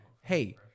hey